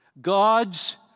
God's